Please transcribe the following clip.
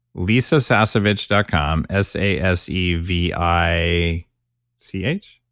lisasasevich dot com s a s e v i c h,